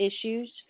issues